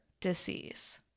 disease